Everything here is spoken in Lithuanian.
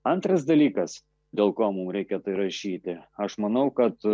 antras dalykas dėl ko mum reikia tai rašyti aš manau kad